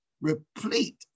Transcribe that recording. replete